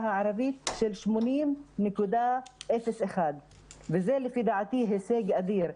הערבית של 80.01% וזה לפי דעתי הישג אדיר.